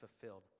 fulfilled